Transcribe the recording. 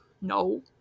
No